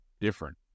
different